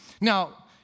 Now